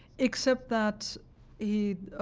except that yeah